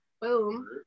Boom